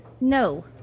No